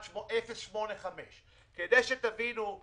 0.85%. תבינו: